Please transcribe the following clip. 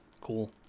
Cool